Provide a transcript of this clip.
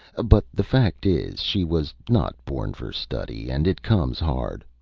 but the fact is, she was not born for study, and it comes hard.